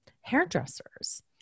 Hairdressers